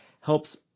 helps